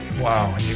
Wow